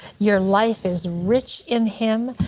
your life is rich in him.